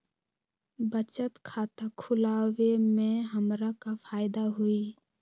बचत खाता खुला वे में हमरा का फायदा हुई?